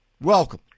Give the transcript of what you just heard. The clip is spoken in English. welcome